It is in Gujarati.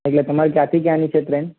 એટલે તમારે ક્યાંથી ક્યાંની છે ટ્રેન